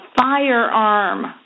firearm